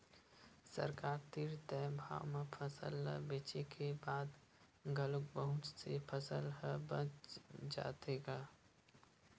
सरकार तीर तय भाव म फसल ल बेचे के बाद घलोक बहुत से फसल ह बाच जाथे गा